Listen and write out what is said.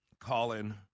Colin